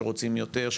שרוצים יותר,